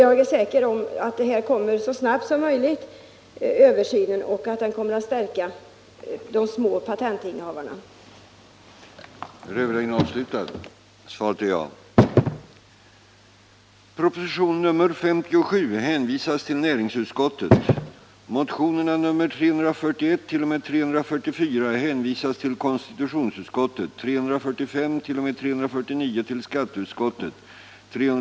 Jag är säker på att översynen kommer så snart som möjligt och att den kommer att stärka de små patentinnehavarnas ställning.